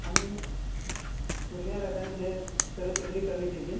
ہم پورنیہ لگائے تھے سیر و تفریح کرنے کے لیے